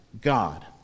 God